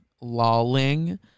lolling